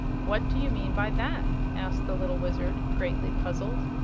what do you mean by that? asked the little wizard, greatly puzzled.